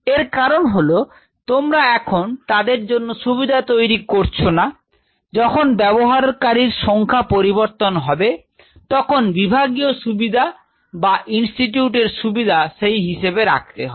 এর কারণ হলো তোমরা এখন তাদের জন্য সুবিধা তৈরি করছ না যখন ব্যবহারকারীর সংখ্যা পরিবর্তন হবে তখন বিভাগীয় সুবিধা বা ইনস্টিটিউট এর সুবিধা সেই হিসেবে রাখতে হবে